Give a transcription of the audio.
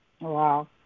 Wow